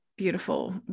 Beautiful